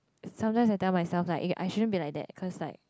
sometimes I tell myself like eh I shouldn't be like that cause like